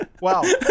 Wow